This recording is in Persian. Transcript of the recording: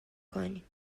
کنیم